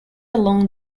along